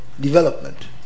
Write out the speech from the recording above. development